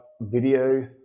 video